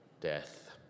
death